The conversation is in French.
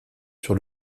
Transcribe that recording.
sur